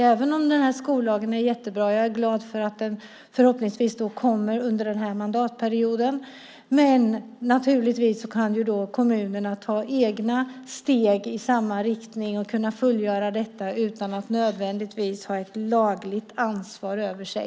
Jag är glad för att den nya och jättebra skollagen förhoppningsvis kommer under den här mandatperioden, men naturligtvis kan kommunerna ta egna steg i samma riktning och fullgöra detta utan att nödvändigtvis ha ett lagligt ansvar över sig.